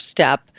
step